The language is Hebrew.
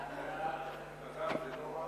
ההצעה להעביר